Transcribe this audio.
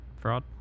fraud